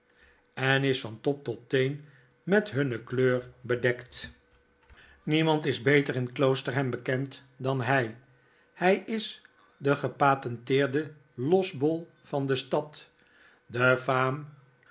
en is van top tot teen met hunne kleur bedekt memand is beter in kloosterham bekend dan hy hij is de gepatenteerde losbol van de stad de faam